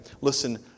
listen